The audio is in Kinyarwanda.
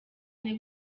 ine